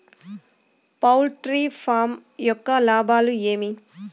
poultry farm యొక్క లాభాలు ఏమి